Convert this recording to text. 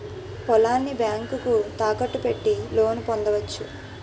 పొలాన్ని బ్యాంకుకు తాకట్టు పెట్టి లోను పొందవచ్చు